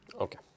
Okay